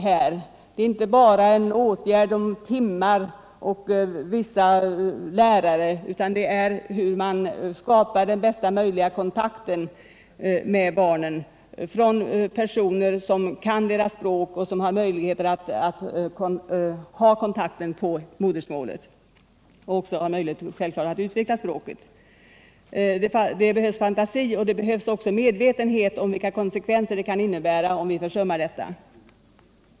Det gäller inte bara timmar och vissa lärare utan också hur man kan skapa den bästa kontakten med barnen, förbindelser mellan barnen och personer som kan deras språk och som har möjlighet att upprätthålla kontakten på modersmålet samt självfallet också kan utveckla språket. Det behövs fantasi och medvetenhet om vilka konsekvenserna blir, om vi försummar detta.